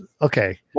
okay